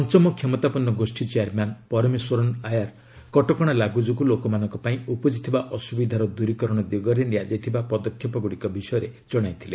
ପଞ୍ଚମ କ୍ଷମତାପନ୍ନ ଗୋଷ୍ଠୀ ଚେୟାରମ୍ୟାନ୍ ପରମେଶ୍ୱରନ୍ ଆୟାର୍ କଟକଣା ଲାଗୁ ଯୋଗୁଁ ଲୋକମାନଙ୍କ ପାଇଁ ଉପୁଜିଥିବା ଅସୁବିଧାର ଦୂରିକରଣ ଦିଗରେ ନିଆଯାଇଥିବା ପଦକ୍ଷେପଗୁଡ଼ିକ ବିଷୟରେ ଜଣାଇଥିଲେ